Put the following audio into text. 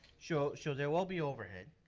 so so there will be overhead.